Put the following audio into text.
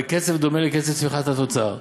בקצב דומה לקצב צמיחת התוצר,